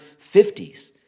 50s